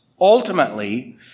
ultimately